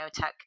biotech